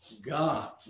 God